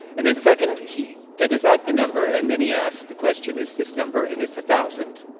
and then, second, he figures out the number. and then he asked the question, is this number and it's a thousand.